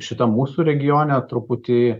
šito mūsų regione truputį